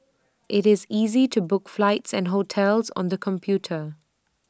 IT is easy to book flights and hotels on the computer